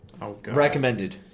Recommended